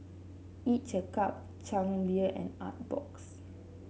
each a cup Chang Beer and Artbox